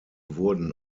wurden